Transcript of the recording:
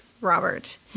Robert